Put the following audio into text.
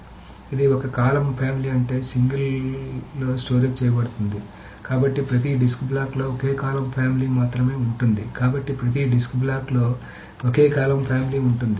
కాబట్టి ఇది ఒక కాలమ్ ఫ్యామిలీ అంటే సింగిల్లో స్టోరేజ్ చేయబడుతుంది కాబట్టి ప్రతి డిస్క్ బ్లాక్లో ఒకే కాలమ్ ఫ్యామిలీ మాత్రమే ఉంటుంది కాబట్టి ప్రతి డిస్క్ బ్లాక్లో ఒకే కాలమ్ ఫ్యామిలీ ఉంటుంది